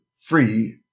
free